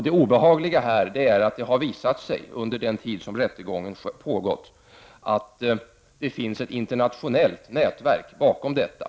Det obehagliga är att det under den tid som rättegången har pågått har visat sig att det finns ett internationellt nätverk bakom detta.